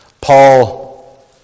Paul